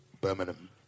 Birmingham